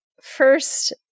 First